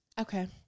Okay